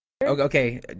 Okay